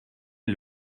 est